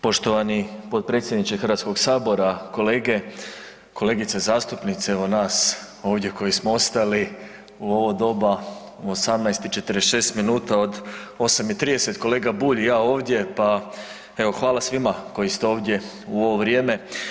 Poštovani potpredsjedniče HS-a, kolege, kolegice zastupnice, evo nas ovdje koji smo ostali u ovo doba u 18 i 46 minuta od 8 i 30, kolega Bulj i ja ovdje pa evo, hvala svima koji ste ovdje u ovo vrijeme.